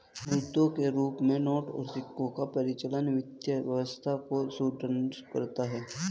मुद्रा के रूप में नोट और सिक्कों का परिचालन वित्तीय व्यवस्था को सुदृढ़ करता है